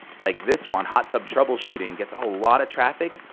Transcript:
like this one, hot tub troubleshooting gets a lot of traffic,